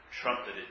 trumpeted